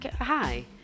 Hi